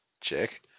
Check